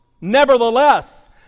Nevertheless